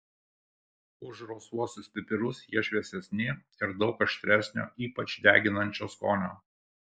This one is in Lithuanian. už rausvuosius pipirus jie šviesesni ir daug aštresnio ypač deginančio skonio